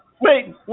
Wait